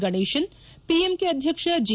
ಗಣೇಶನ್ ಪಿಎಂಕೆ ಅಧ್ಯಕ್ಷ ಜಿ